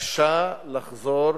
התבקשה לחזור